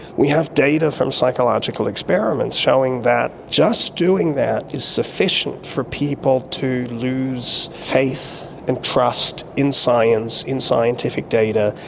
we have data from psychological experiments showing that just doing that is sufficient for people to lose faith and trust in science, in scientific data,